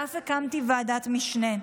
ואף הקמתי ועדת משנה.